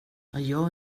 jag